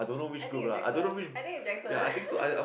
I think it's Jackson I think it's Jackson